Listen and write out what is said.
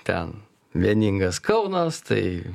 ten vieningas kaunas tai